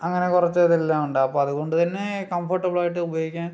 അങ്ങനെ കുറച്ചതെല്ലാം ഉണ്ട് അപ്പം അതുകൊണ്ടു തന്നെ കംഫർട്ടബിളായിട്ട് ഉപയോഗിക്കാൻ